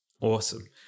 awesome